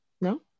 no